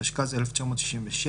התשכ"ז 1967,